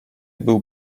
był